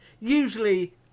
usually